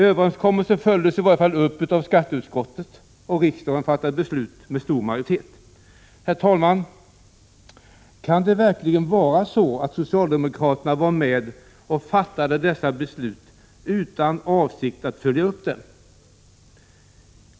Överenskommelsen följdes i varje fall upp av skatteutskottet, och riksdagen fattade beslut med stor majoritet. Herr talman! Kan det verkligen vara så att socialdemokraterna var med och fattade dessa beslut utan avsikt att följa upp dem?